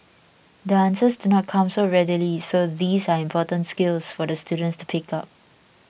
the answers do not come so readily so these are important skills for the students to pick up